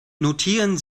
notieren